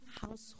household